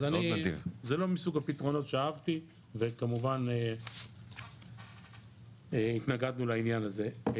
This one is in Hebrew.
זה לא מסוג הפתרונות שאהבתי וכמובן התנגדנו לעניין הזה.